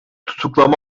tutuklama